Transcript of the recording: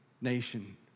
nation